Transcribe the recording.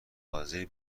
حاضری